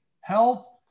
help